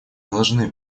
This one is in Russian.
должны